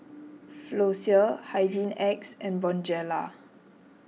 Floxia Hygin X and Bonjela